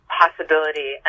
possibility